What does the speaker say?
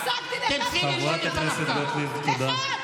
חברת הכנסת גוטליב, תודה.